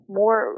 more